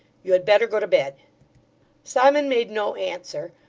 you had better go to bed simon made no answer,